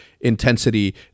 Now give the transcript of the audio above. intensity